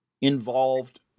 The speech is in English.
involved